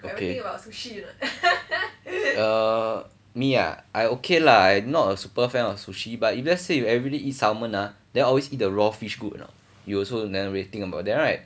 okay uh me ah I okay lah I not a super fan of sushi but if let's say you everyday eat salmon ah then always eat the raw fish good or not you also never really think about that right